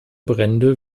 brände